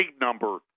number